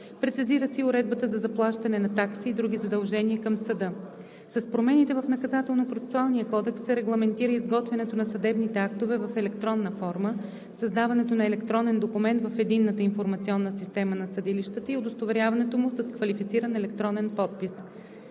Прецизира се и уредбата за заплащане на такси и други задължения към съда. С промените в Наказателно-процесуалния кодекс се регламентира изготвянето на съдебните актове в електронна форма, създаването на електронен документ в Единната информационна система на съдилищата и удостоверяването му с квалифициран електронен подпис.